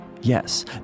Yes